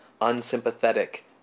unsympathetic